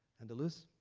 andalusia.